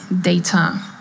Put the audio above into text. data